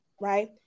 right